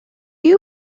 you